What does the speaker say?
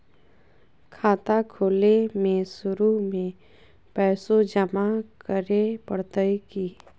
खाता खोले में शुरू में पैसो जमा करे पड़तई की?